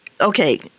Okay